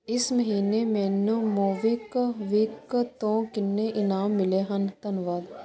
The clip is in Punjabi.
ਇਸ ਮਹੀਨੇ ਮੈਨੂੰ ਮੋਬੀਕਵਿਕ ਤੋਂ ਕਿੰਨੇ ਇਨਾਮ ਮਿਲੇ ਹਨ